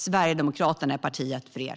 Sverigedemokraterna är partiet för er.